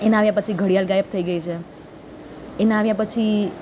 એના આવ્યા પછી ઘડિયાળ ગાયબ થઈ ગઈ છે એના આવ્યા પછી